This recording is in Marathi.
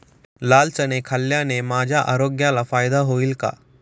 लाल चणे खाल्ल्याने माझ्या आरोग्याला फायदा होईल का?